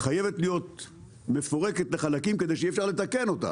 שחייבת להיות מפורקת לחלקים כדי שאפשר יהיה לתקן אותה.